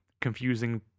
confusing